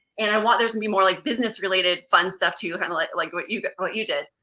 and i want there to be more like business-related, fun stuff to handle, like like what you what you did.